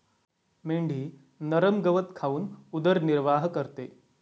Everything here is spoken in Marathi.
मेंढी नरम गवत खाऊन उदरनिर्वाह करते